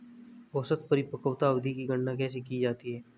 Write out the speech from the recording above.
औसत परिपक्वता अवधि की गणना कैसे की जाती है?